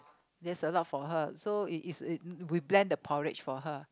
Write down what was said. that's a lot for her so it's it's we blend the porridge for her